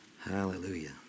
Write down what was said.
Hallelujah